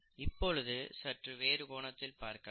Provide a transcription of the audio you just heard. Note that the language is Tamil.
இப்பொழுது சற்று வேறு கோணத்தில் பார்க்கலாம்